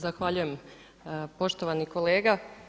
Zahvaljujem poštovani kolega.